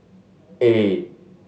eight